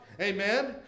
Amen